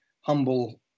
humble